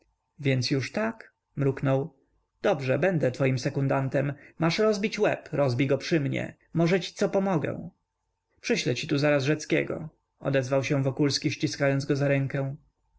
więc już tak mruknął dobrze będę twoim sekundantem masz rozbić łeb rozbij go przy mnie może ci co pomogę przyszlę ci tu zaraz rzeckiego odezwał się wokulski ściskając go za rękę